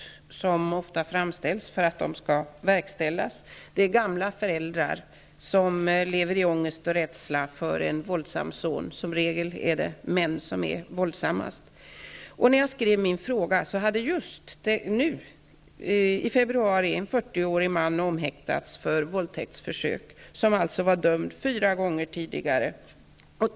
Dessa hot framställs ofta med avsikten att de skall verkställas. Många gamla föräldrar lever i ångest och med rädsla för en våldsam son. Som regel är männen våldsammast. När jag nu i februari skrev min fråga hade just en 40-årig man omhäktats för våldtäktsförsök. Denna man var dömd fyra gånger tidigare.